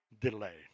delay